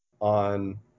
on